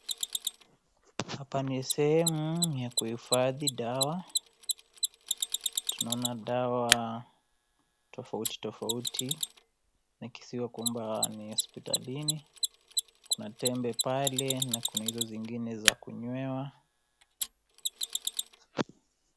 Hapa ni sehemu ya kuhifadhi dawa, tunaona dawa tofautitofauti, inakisiwa kwamba ni hospitalini, kuna tembe pale na kuna hizo zingine za kunywewa.